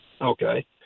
Okay